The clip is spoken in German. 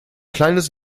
kleines